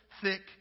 thick